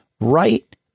right